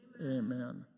Amen